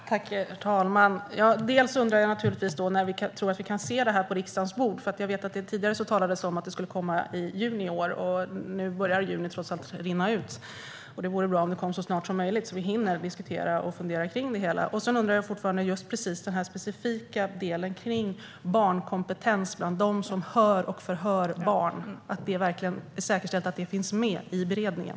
Herr talman! Jag undrar naturligtvis när vi kan se förslaget på riksdagens bord. Tidigare talades det om att det skulle komma i juni i år, och nu börjar juni trots allt rinna ut. Det vore bra om det kom så snart som möjligt, så att vi hinner diskutera och fundera kring det hela. Sedan undrar jag fortfarande om det verkligen är säkerställt att den specifika frågan om barnkompetens bland dem som hör och förhör barn finns med i beredningen.